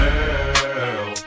Girl